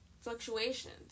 fluctuations